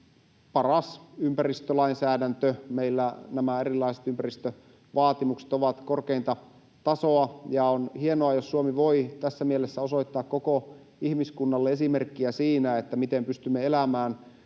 paras ympäristölainsäädäntö. Meillä nämä erilaiset ympäristövaatimukset ovat korkeinta tasoa, ja on hienoa, jos Suomi voi tässä mielessä osoittaa koko ihmiskunnalle esimerkkiä siinä, miten pystymme elämään